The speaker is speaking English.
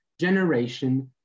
generation